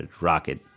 rocket